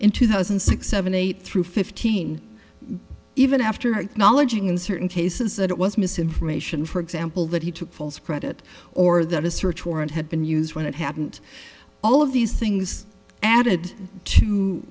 in two thousand and six seven eight through fifteen even after acknowledging in certain cases that it was misinformation for example that he took false credit or that a search warrant had been used when it hadn't all of these things added to